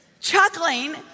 Chuckling